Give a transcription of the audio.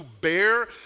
bear